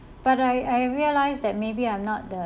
but I I realise that maybe I'm not the